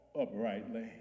uprightly